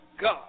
God